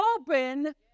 open